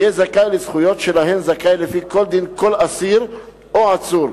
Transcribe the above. ויהיה זכאי לזכויות שלהן זכאי לפי כל דין כל אסיר או עצור,